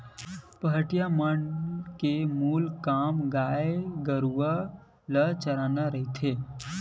पहाटिया मन के मूल काम गाय गरु ल चराना रहिथे